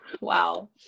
Wow